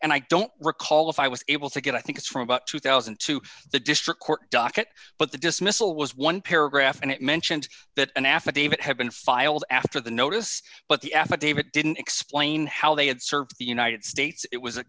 and i don't recall if i was able to get i think it's from about two thousand to the district court docket but the dismissal was one paragraph and it mentioned that an affidavit had been filed after the notice but the affidavit didn't explain how they had served the united states it was a